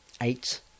Eight